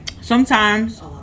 Sometimes-